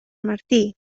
martí